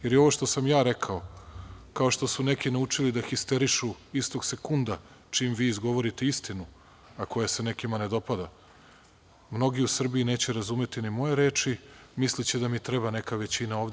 Jer, i ovo što sam ja rekao, kao što su neki naučili da histerišu istog sekunda čim vi izgovorite istinu, a koja se nekima ne dopada, mnogi u Srbiji neće razumeti ni moje reči, misliće da mi treba neka većina ovde.